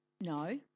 No